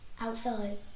Outside